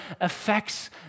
affects